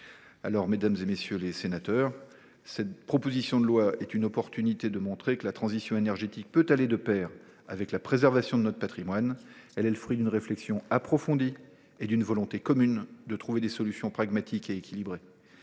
Mesdames, messieurs les sénateurs, l’examen de cette proposition de loi est l’occasion de montrer que la transition énergétique peut aller de pair avec la préservation de notre patrimoine. Ce texte est le fruit d’une réflexion approfondie et d’une volonté commune de trouver des solutions pragmatiques et équilibrées.